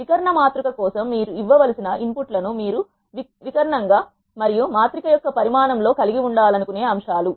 వి కర్ణ మాతృక కోసం మీరు ఇవ్వవలసిన ఇన్ పుట్ లను మీరు వి కారణం గా మరియు మాత్రిక యొక్క పరిమాణం లో కలిగి ఉండాలనుకునే అంశాలు